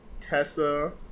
Tessa